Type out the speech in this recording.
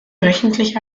wöchentlich